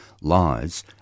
lies